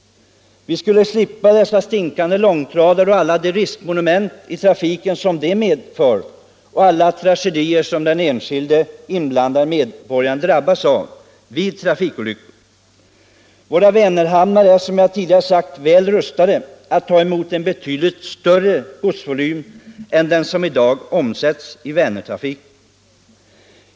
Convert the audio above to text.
Vi skulle därigenom slippa dessa stinkande långtradare, de riskmoment i trafiken som de medför och de tragedier som den enskilde inblandade medborgaren drabbas av vid trafikolyckor. Våra Vänerhamnar är, som jag tidigare sagt, väl rustade att ta emot en betydligt större godsvolym än den som i dag omsätts i Vänertrafiken.